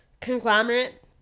conglomerate